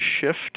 shift